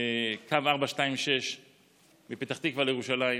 קו 426 מפתח תקווה לירושלים